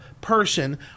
person